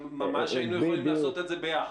ממש היינו יכולים לעשות את זה ביחד.